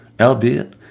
Albeit